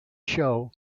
show